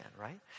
right